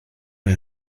neu